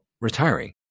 retiring